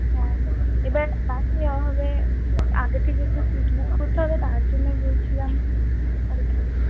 হ্যাঁ এবার বাসে যাওয়া হবে আগে থেকে তো সীট বুক করতে হবে তার জন্যেই বলছিলাম আরেকটু